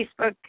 Facebook